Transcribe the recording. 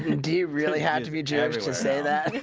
do you really have to be jewish say that?